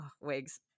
wigs